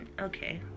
Okay